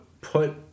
put